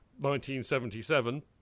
1977